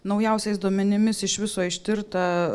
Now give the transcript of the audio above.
naujausiais duomenimis iš viso ištirta